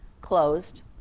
closed